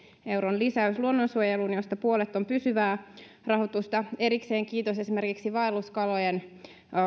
euron lisäys luonnonsuojeluun mistä puolet on pysyvää rahoitusta erikseen kiitos esimerkiksi vaelluskalojen